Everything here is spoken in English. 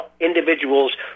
individuals